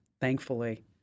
thankfully